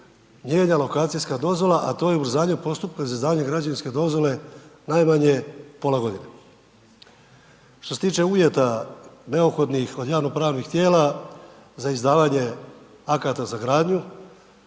mijenja lokacijska dozvola, a to je u zadnjem postupku za izdavanje građevinske dozvole najmanje pola godine. Što se tiče uvjeta neophodnih od javno-pravnih tijela za izdavanje akata za gradnju,